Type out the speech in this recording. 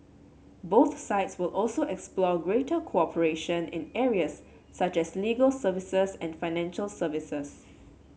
both sides will also explore greater cooperation in areas such as legal services and financial services